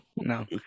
no